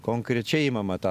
konkrečiai imama tą